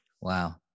Wow